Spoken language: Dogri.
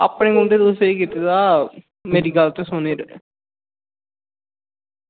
अपने कोला ते तुसें स्हेई कीते दा ऐ मेरी गल्ल ते सुनी लै